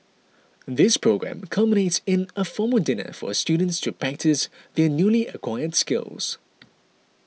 this programme culminates in a formal dinner for students to practise their newly acquired skills